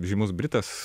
žymus britas